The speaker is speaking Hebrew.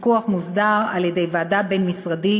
הפיקוח מוסדר על-ידי ועדה בין-משרדית